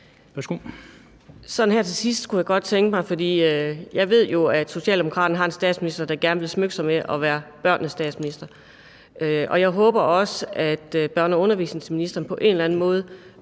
Værsgo. Kl. 16:39 Anni Matthiesen (V): Jeg ved jo, at Socialdemokraterne har en statsminister, der gerne vil smykke sig med at være børnenes statsminister, og jeg håber også, at børne- og undervisningsministeren på en eller anden måde